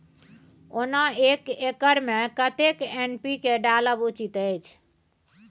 ओना एक एकर मे कतेक एन.पी.के डालब उचित अछि?